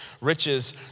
riches